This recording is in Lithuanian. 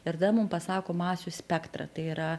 ir tada mum pasako masių spektrą tai yra